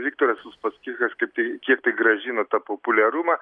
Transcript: viktoras uspaskichas kaip tai kiek tai grąžino tą populiarumą